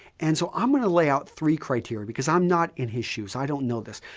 and so, i'm going to lay out three criteria because i'm not in his shoes. i don't know this,